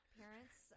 parents